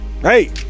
Hey